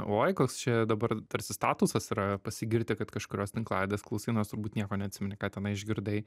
oi koks čia dabar tarsi statusas yra pasigirti kad kažkurios ten tinklalaidės klausai nes turbūt nieko neatsimeni ką tenai išgirdai